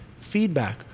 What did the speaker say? feedback